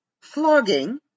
Flogging